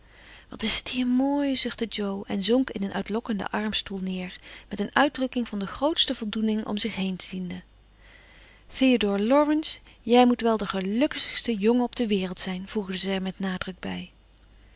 wat is t hier mooi zuchtte jo en zonk in een uitlokkenden armstoel neer met een uitdrukking van de grootste voldoening om zich heen ziende theodoor laurence jij moet wel de gelukkigste jongen op de wereld zijn voegde ze er met nadruk bij